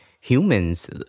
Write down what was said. Humans